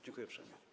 Dziękuję uprzejmie.